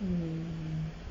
hmm